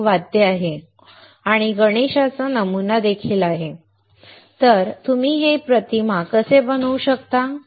इथे एक वाद्य आहे आणि गणेशाचा नमुना देखील आहे आता तुम्ही हे नमुने कसे बनवू शकता